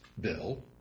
bill